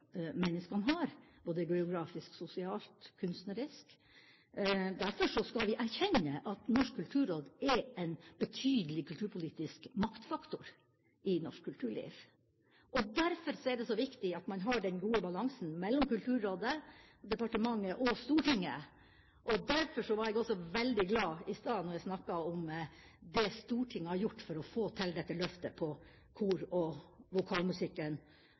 menneskene har, både geografisk, sosialt og kunstnerisk. Derfor skal vi erkjenne at Norsk kulturråd er en betydelig kulturpolitisk maktfaktor i norsk kulturliv, og derfor er det så viktig at man har den gode balansen mellom Kulturrådet, departementet og Stortinget. Derfor var jeg også veldig glad i stad da jeg snakket om det Stortinget har gjort for å få til dette løftet for kor- og vokalmusikken.